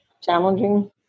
challenging